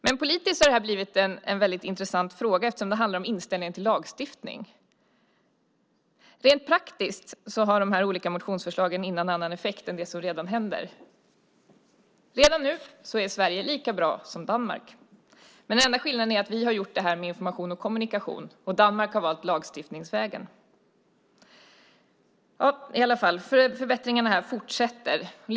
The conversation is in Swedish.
Men politiskt har detta blivit en väldigt intressant fråga, eftersom det handlar om inställningen till lagstiftning. Rent praktiskt har de olika motionsförslagen ingen annan effekt än det som redan händer. Redan nu är Sverige lika bra som Danmark. Den enda skillnaden är att vi har gjort det här med hjälp av information och kommunikation, medan Danmark har valt lagstiftningsvägen. Förbättringarna fortsätter ändå.